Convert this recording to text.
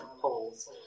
polls